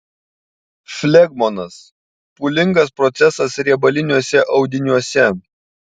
flegmonas pūlingas procesas riebaliniuose audiniuose